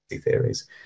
theories